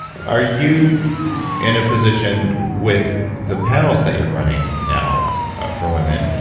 are you in a position with the panels that you're running now for women,